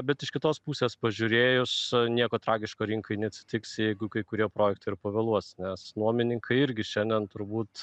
bet iš kitos pusės pažiūrėjus nieko tragiško rinkai neatsitiks jeigu kai kurie projektai ir pavėluos nes nuomininkai irgi šiandien turbūt